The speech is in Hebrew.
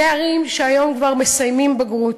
נערים שהיום כבר מסיימים בגרות,